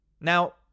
Now